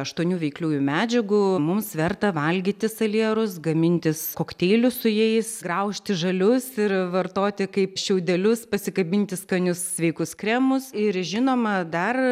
aštuonių veikliųjų medžiagų mums verta valgyti salierus gamintis kokteilius su jais graužti žalius ir vartoti kaip šiaudelius pasikabinti skanius sveikus kremus ir žinoma dar